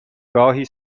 گاهی